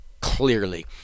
clearly